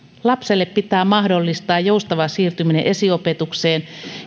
lapselle pitää mahdollistaa joustava siirtyminen esiopetukseen